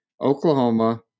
Oklahoma